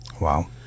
Wow